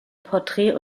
porträt